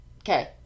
Okay